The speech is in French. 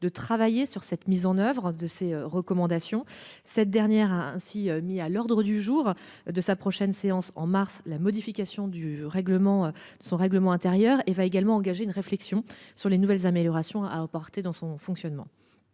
de travailler sur cette mise en oeuvre de ces recommandations. Cette dernière a ainsi mis à l'ordre du jour de sa prochaine séance en mars la modification du règlement son règlement intérieur et va également engager une réflexion sur les nouvelles améliorations à apporter dans son fonctionnement.